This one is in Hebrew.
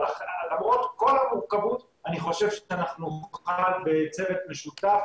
אבל למרות כל המורכבות אני חושב שאנחנו נוכל בצוות משותף